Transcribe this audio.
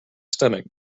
stomach